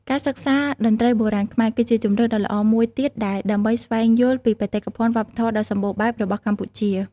ការសិក្សាតន្ត្រីបុរាណខ្មែរ គឺជាជម្រើសដ៏ល្អមួយទៀតដែរ ដើម្បីស្វែងយល់ពីបេតិកភណ្ឌវប្បធម៌ដ៏សម្បូរបែបរបស់កម្ពុជា។